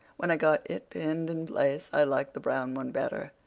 when i got it pinned in place i liked the brown one better.